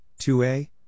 2a